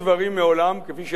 כפי שלמדתי ממך,